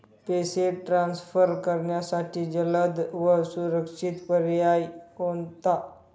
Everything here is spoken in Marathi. पैसे ट्रान्सफर करण्यासाठी जलद व सुरक्षित पर्याय कोणता?